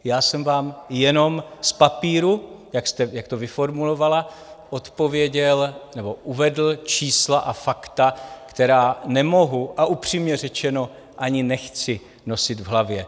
Já jsem vám jenom z papíru, jak jste to vy formulovala, odpověděl nebo uvedl čísla a fakta, která nemohu a upřímně řečeno ani nechci nosit v hlavě.